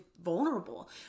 vulnerable